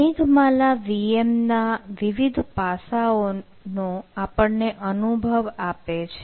મેઘમાલા VMના વિવિધ પાસાઓનો આપણને અનુભવ આપે છે